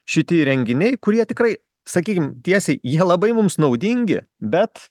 šiti įrenginiai kurie tikrai sakykim tiesiai jie labai mums naudingi bet